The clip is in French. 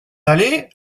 aller